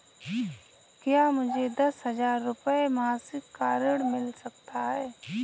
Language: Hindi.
क्या मुझे दस हजार रुपये मासिक का ऋण मिल सकता है?